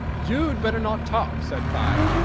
you'd better not talk! said five.